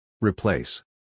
Replace